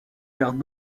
vers